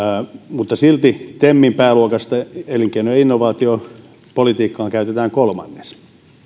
mutta silti temin pääluokasta elinkeino ja innovaatiopolitiikkaan käytetään kolmannes